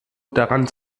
daran